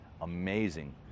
amazing